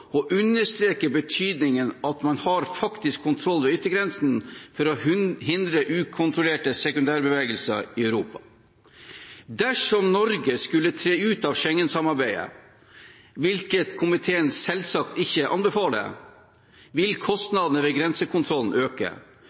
og understreker betydningen av at man faktisk har kontroll ved yttergrensene for å hindre ukontrollerte sekundærbevegelser i Europa. Dersom Norge skulle tre ut av Schengen-samarbeidet, hvilket komiteen selvsagt ikke anbefaler, vil kostnadene ved grensekontrollen øke.